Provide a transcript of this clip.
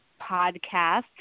podcast